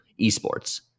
eSports